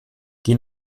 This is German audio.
die